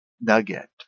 nugget